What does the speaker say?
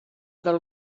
del